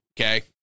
okay